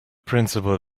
principle